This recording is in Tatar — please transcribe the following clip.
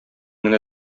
генә